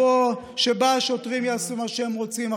שבה השוטרים יעשו מה שהם רוצים,